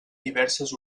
diverses